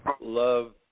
love